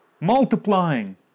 Multiplying